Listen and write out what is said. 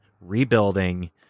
rebuilding